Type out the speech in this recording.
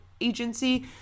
agency